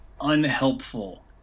unhelpful